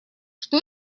что